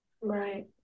Right